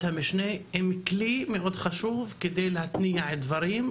המשנה הן כלי מאוד חשוב כדי להתניע דברים,